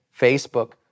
Facebook